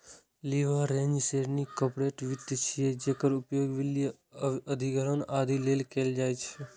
leveraged ऋण corporate वित्त छियै, जेकर उपयोग विलय, अधिग्रहण, आदि लेल कैल जाइ छै